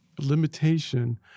limitation